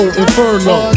inferno